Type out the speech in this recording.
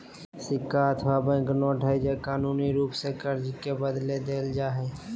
सिक्का अथवा bank note हइ जे कानूनी रूप से कर्ज के बदले देल जा हइ